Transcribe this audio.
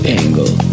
angle